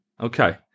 okay